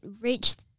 reached